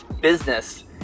business